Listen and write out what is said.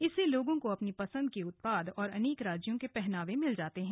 इससे लोगों को अपनी पसंद के उत्पाद और अनेक राज्यों के पहनावे मिल जाते हैं